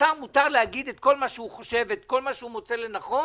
לשר מותר להגיד כל מה שהוא חושב וכל מה שהוא מוצא לנכון,